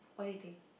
what you think